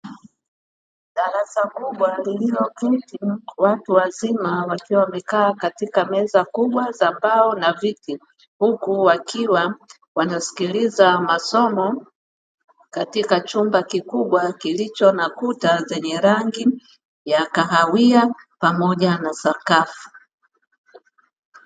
Darasa kubwa lililoketi watu wazima wakiwa wamekaa katika meza kubwa za mbao na viti, huku wakiwa wanasikiliza masomo katika chumba kikubwa kilicho na kuta zenye rangi ya kahawia pamoja na sakafu.